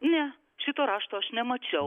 ne šito rašto aš nemačiau